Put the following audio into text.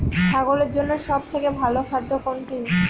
ছাগলের জন্য সব থেকে ভালো খাদ্য কোনটি?